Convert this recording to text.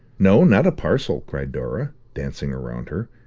no, not a parcel, cried dora, dancing round her.